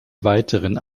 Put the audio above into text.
weiteren